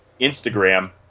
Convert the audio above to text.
Instagram